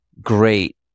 great